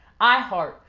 iHeart